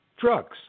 drugs